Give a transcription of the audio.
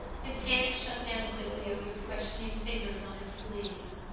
his hand shut down quickly over the questioning fingers on his sleeves.